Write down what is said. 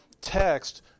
text